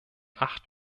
acht